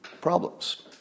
problems